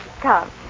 Come